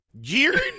jared